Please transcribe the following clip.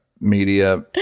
media